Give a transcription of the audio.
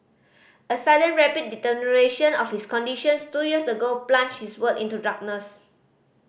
a sudden rapid deterioration of his conditions two years ago plunged his world into darkness